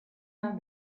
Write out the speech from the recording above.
down